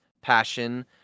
passion